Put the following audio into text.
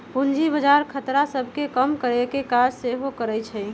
पूजी बजार खतरा सभ के कम करेकेँ काज सेहो करइ छइ